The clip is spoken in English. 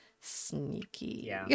sneaky